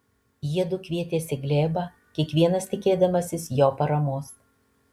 jiedu kvietėsi glėbą kiekvienas tikėdamasis jo paramos